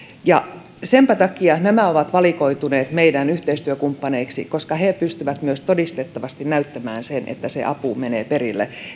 senpä takia nämä ovat valikoituneet meidän yhteistyökumppaneiksemme että he pystyvät myös todistettavasti näyttämään sen että se apu menee perille